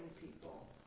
people